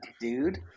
dude